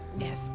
Yes